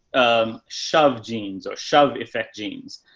um, shove genes or shove effect genes.